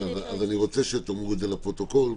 אני רוצה שתאמרו את זה לפרוטוקול,